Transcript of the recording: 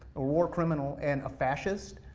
a war criminal, and a fascist,